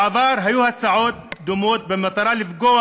בעבר היו הצעות דומות במטרה לפגוע